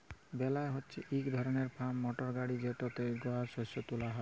বেলার হছে ইক ধরলের ফার্ম মটর গাড়ি যেটতে যগাল শস্যকে তুলা হ্যয়